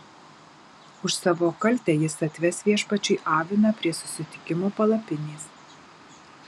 už savo kaltę jis atves viešpačiui aviną prie susitikimo palapinės